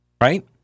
right